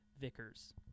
Vickers